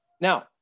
Now